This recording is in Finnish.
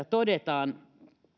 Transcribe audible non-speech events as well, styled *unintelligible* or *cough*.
*unintelligible* todetaan